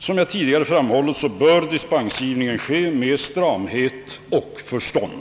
Som jag tidigare framhållit bör dispensgivningen ske med stramhet och förstånd.